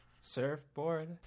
surfboard